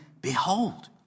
behold